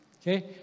Okay